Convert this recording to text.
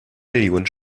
millionen